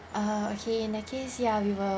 uh okay in that case ya we will